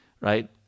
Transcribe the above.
right